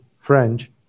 French